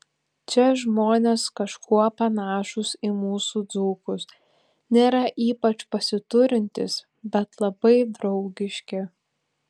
čia žmonės kažkuo panašūs į mūsų dzūkus nėra ypač pasiturintys bet labai draugiški